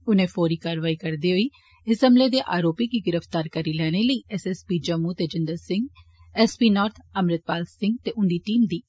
उनें फौरी कारवाइ करदे होई इस हमले दे अरोपी गी गिरफ्तार करी लैने लेई SSP Jammu Tejinder Singh SP north Amritpal Singh ते उंदी टीम दी सराह्ना कीती